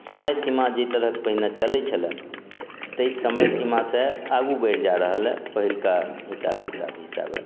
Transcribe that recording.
समय सीमा जाहि तरहक पहिने चलै छलए ताहि समय सीमा से आगू बढ़ि जा रहलया पहिलुका हिसाब किताब हिसाबे